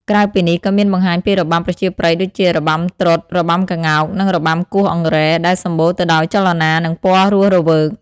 ក្រៅពីនេះ ក៏មានបង្ហាញពី របាំប្រជាប្រិយ ដូចជា របាំត្រុដិ របាំក្ងោក និងរបាំគោះអង្រែ ដែលសម្បូរទៅដោយចលនា និងពណ៌រស់រវើក។